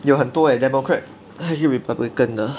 有很多 leh democrat 还是 republican 的